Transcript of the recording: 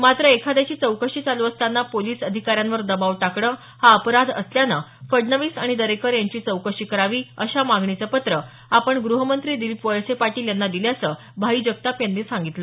मात्र एखाद्याची चौकशी चालू असताना पोलीस अधिकाऱ्यांवर दबाव टाकणं हा अपराध असल्यानं फडणवीस आणि दरेकर यांची चौकशी करावी अशा मागणीचं पत्र आपण ग्रहमंत्री दिलीप वळसे पाटील यांना दिल्याचं भाई जगताप यांनी सांगितलं